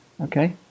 Okay